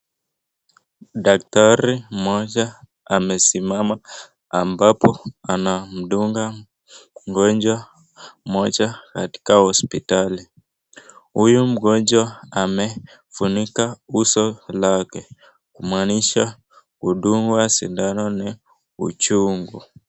Daktari mmoja amesimama ambapo anamdunga mgonjwa mmoja katika hospitali. Huyu mgonjwa amefunika uso lake kumaanisha kudungwa sindano ni uchungu.